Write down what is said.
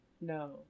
No